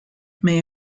may